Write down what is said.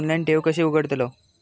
Online ठेव कशी उघडतलाव?